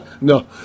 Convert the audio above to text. No